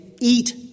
eat